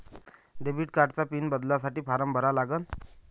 Debit कार्डचा PIN बदलासाठी form कसा भरा लागन?